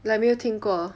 like 没有听过